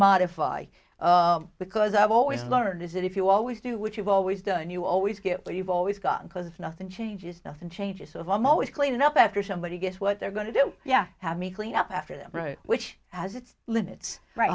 modify because i've always learned is that if you always do what you've always done you always get what you've always got because if nothing changes nothing changes so if i'm always cleaning up after somebody guess what they're going to do yeah have me clean up after them which has its limits